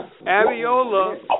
Abiola